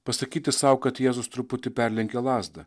pasakyti sau kad jėzus truputį perlenkė lazdą